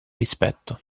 rispetto